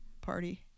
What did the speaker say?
party